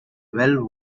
well